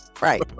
right